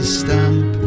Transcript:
stamp